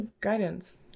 guidance